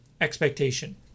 expectation